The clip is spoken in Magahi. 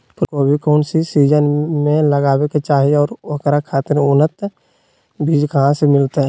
फूलगोभी कौन सीजन में लगावे के चाही और ओकरा खातिर उन्नत बिज कहा से मिलते?